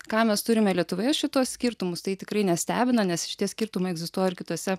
ką mes turime lietuvoje šituos skirtumus tai tikrai nestebina nes šitie skirtumai egzistuoja ir kitose